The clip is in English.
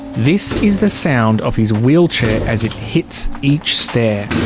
this is the sound of his wheelchair as it hits each stair.